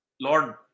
Lord